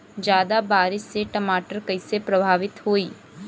ज्यादा बारिस से टमाटर कइसे प्रभावित होयी?